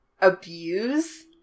abuse